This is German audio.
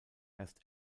erst